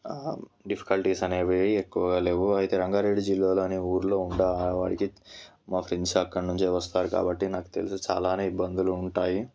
difficulties అనేవి ఎక్కువగా లేవు అయితే రంగారెడ్డి జిల్లాలో అనే ఊళ్ళో ఉండే ఆడవారికి మా ఫ్రెండ్స్ అక్కడ నుంచే వస్తారు కాబట్టి నాకు తెలిసి చాలా ఇబ్బందులు ఉంటాయి